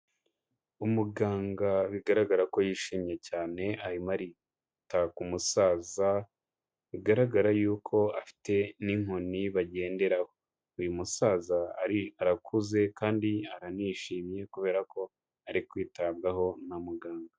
Umuganga bigaragara ko yishimye cyane, arimo arita ku umusaza bigaragara yuko afite n'inkoni bagenderaho. Uyu musaza arakuze kandi aranishimye kubera ko ari kwitabwaho na muganga.